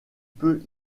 peut